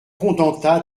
contenta